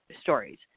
stories